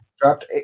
dropped